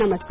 नमस्कार